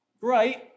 Great